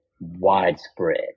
widespread